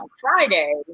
Friday